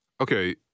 Okay